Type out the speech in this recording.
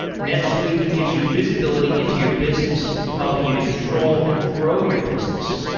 netsuite gives you visibility into your business, helping you to control and grow your business.